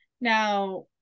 Now